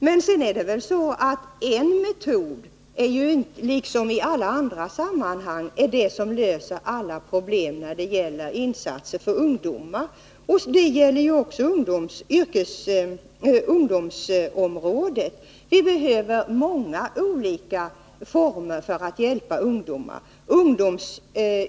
Liksom i alla andra sammanhang är det även här så att en metod inte löser alla problem när det gäller insatser för ungdomar. Vi behöver många olika former för att hjälpa ungdomar.